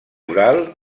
oral